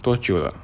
多久了